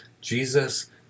Jesus